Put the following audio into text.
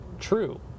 true